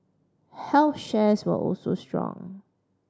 health shares were also strong